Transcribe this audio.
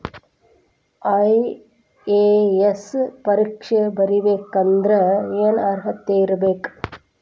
IAS ಪರೇಕ್ಷೆ ಬರಿಬೆಕಂದ್ರ ಏನ್ ಅರ್ಹತೆ ಇರ್ಬೇಕ?